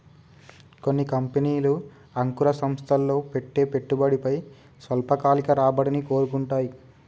కొన్ని కంపెనీలు అంకుర సంస్థల్లో పెట్టే పెట్టుబడిపై స్వల్పకాలిక రాబడిని కోరుకుంటాయి